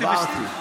אמרתי.